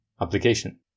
application